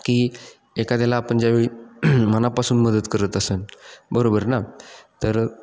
की एखाद्याला आपण ज्यावेळी मनापासून मदत करत असंन बरोबर ना तर